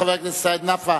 חבר הכנסת סעיד נפאע,